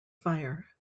fire